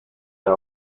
der